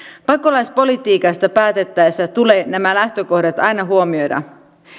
pakolaispolitiikasta päätettäessä tulee nämä lähtökohdat aina huomioida